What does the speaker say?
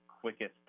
quickest